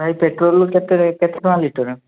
ଭାଇ ପେଟ୍ରୋଲ କେତେ କେତେ ଟଙ୍କା ଲିଟର